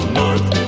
north